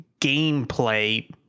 gameplay